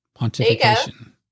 Pontification